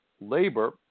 labor